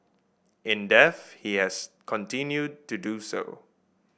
in death he has continued to do so